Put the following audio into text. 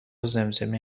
زمزمه